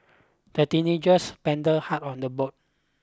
the teenagers hard on the boat